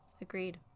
agreed